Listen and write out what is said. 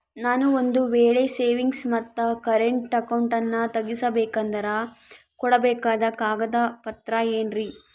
ನಾನು ಒಂದು ವೇಳೆ ಸೇವಿಂಗ್ಸ್ ಮತ್ತ ಕರೆಂಟ್ ಅಕೌಂಟನ್ನ ತೆಗಿಸಬೇಕಂದರ ಕೊಡಬೇಕಾದ ಕಾಗದ ಪತ್ರ ಏನ್ರಿ?